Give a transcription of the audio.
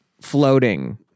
Floating